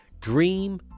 dream